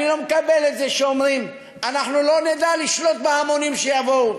אני לא מקבל את זה שאומרים: אנחנו לא נדע לשלוט בהמונים שיבואו.